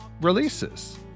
releases